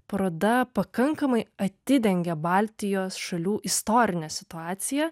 paroda pakankamai atidengia baltijos šalių istorinę situaciją